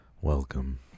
Welcome